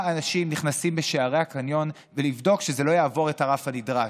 אנשים נכנסים בשערי הקניון ולבדוק שזה לא יעבור את הרף הנדרש?